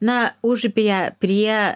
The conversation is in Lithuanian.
na užupyje prie